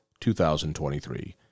2023